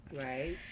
Right